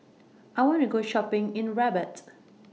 I want to Go Shopping in Rabat